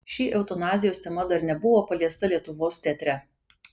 ši eutanazijos tema dar nebuvo paliesta lietuvos teatre